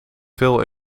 veel